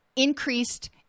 increased